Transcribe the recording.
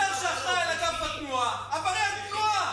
השר שאחראי על אגף התנועה עבריין תנועה.